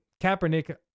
Kaepernick